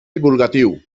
divulgatiu